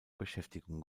beschäftigung